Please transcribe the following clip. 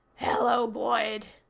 hello, boyd,